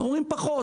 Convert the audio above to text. אנחנו אומרים פחות,